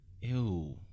Ew